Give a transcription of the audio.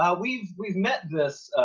ah we've, we've met this,